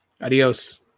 Adios